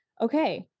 okay